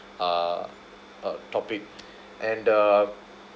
uh uh topic and the